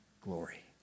glory